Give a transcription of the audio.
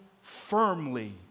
firmly